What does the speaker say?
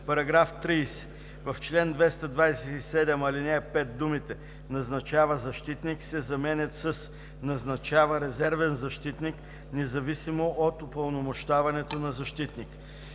§ 30: „§ 30.В чл. 227, ал. 5 думите „назначава защитник“ се заменят с „назначава резервен защитник независимо от упълномощаването на защитник“.“